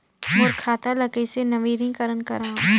मोर खाता ल कइसे नवीनीकरण कराओ?